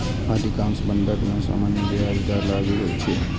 अधिकांश बंधक मे सामान्य ब्याज दर लागू होइ छै